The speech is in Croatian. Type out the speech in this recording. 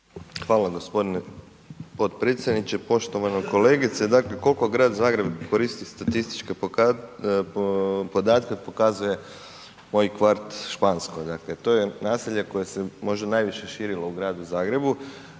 vam gospodine potpredsjedniče, poštovana kolegice. Dakle, koliko Grad Zagreb koristi statističke podatke pokazuje moj kvart Špansko, dakle, to je naselje koje se možda najviše širilo u Gradu Zagrebu,